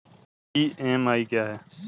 EMI क्या है?